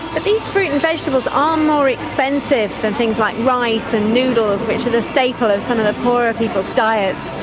but these fruits and vegetables are um more expensive than things like rice and noodles, which are the staple of some of the poorer people's diets.